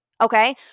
Okay